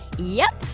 yep.